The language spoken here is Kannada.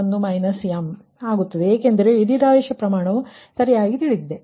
ಏಕೆಂದರೆ ವಿದ್ಯುತ್ ವೋಲ್ಟೇಜ್ ಪ್ರಮಾಣವು ಸರಿಯಾಗಿ ತಿಳಿದಿದೆ